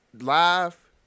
live